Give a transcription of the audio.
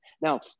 Now